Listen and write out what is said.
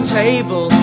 table